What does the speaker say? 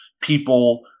people